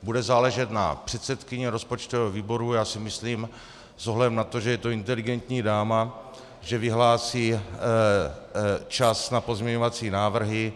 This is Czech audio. Bude záležet na předsedkyni rozpočtového výboru já si myslím s ohledem na to, že je to inteligentní dáma, že vyhlásí čas na pozměňovací návrhy.